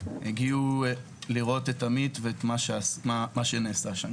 הגיעו לראות את עמית ואת מה שנעשה שם.